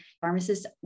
Pharmacists